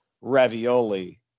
ravioli